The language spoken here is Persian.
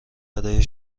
برای